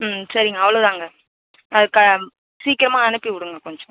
ம் சரிங்க அவ்வளோ தான்ங்க அது சீக்கிரமாக அனுப்பி விடுங்க கொஞ்சம்